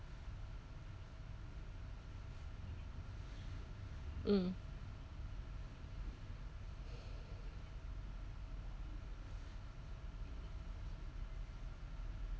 mm